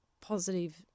positive